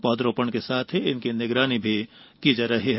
पौधरोपण के साथ ही इनकी निगरानी भी की जा रही है